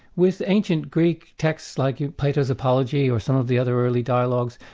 with ancient greek texts like plato's apology or some of the other early dialogues,